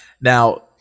Now